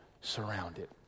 surrounded